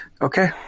Okay